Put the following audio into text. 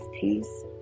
peace